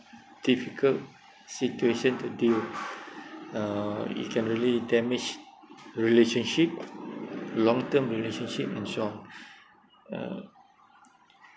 difficult situation to deal uh it can really damage relationship long term relationship and it's wrong uh